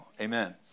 Amen